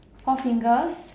four fingers